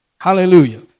Hallelujah